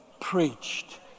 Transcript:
preached